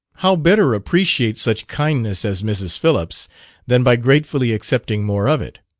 how better appreciate such kindness as mrs. phillips' than by gratefully accepting more of it?